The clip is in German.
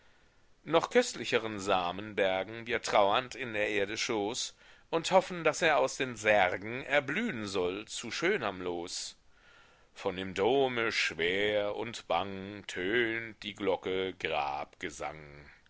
noch köstlicheren samen bergen wir traurend in der erde schoß und hoffen daß er aus den särgen erblühen soll zu schönerm los von dem dome schwer und bang tönt die glocke